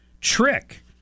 trick